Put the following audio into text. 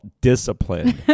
discipline